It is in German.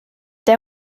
der